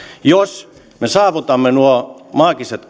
jos me saavutamme nuo maagiset